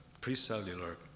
pre-cellular